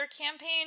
campaign